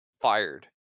fired